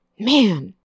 Man